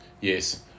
Yes